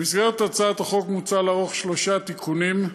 בהצעת החוק מוצע לערוך שלושה תיקונים.